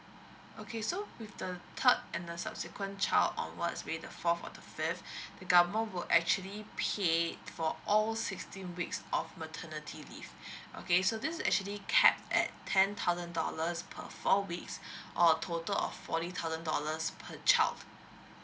okay so with the third and the subsequent child onwards with the fourth or fifth the government will actually pay for all sixteen weeks of maternity leave okay so this is actually cap at ten thousand dollars per four weeks or a total of forty thousand dollars per child